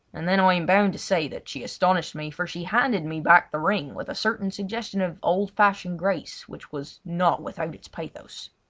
and then i am bound to say that she astonished me, for she handed me back the ring with a certain suggestion of old-fashioned grace which was not without its pathos.